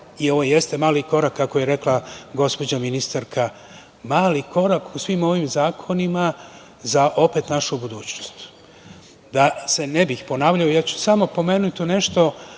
i ovo jeste mali korak kako je rekla gospođa ministarka – mali korak u svim ovim zakonima za opet našu budućnost. Da se ne bih ponavljao, ja ću samo pomenuti nešto